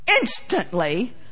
Instantly